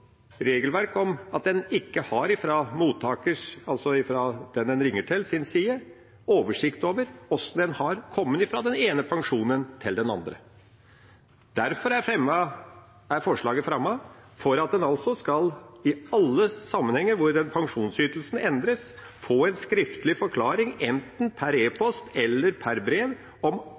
regelverk om at en ikke fra den en ringer til, sin side har oversikt over hvordan en har kommet fra den ene pensjonen til den andre. Derfor er forslaget fremmet – for at en i alle sammenhenger hvor pensjonsytelsen endres, skal få en skriftlig forklaring enten per e-post eller per brev om